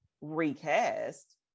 recast